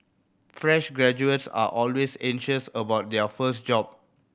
fresh graduates are always anxious about their first job